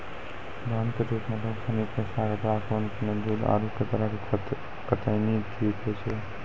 दान के रुप मे लोग सनी पैसा, कपड़ा, खून, पानी, दूध, आरु है तरह के कतेनी चीज दैय छै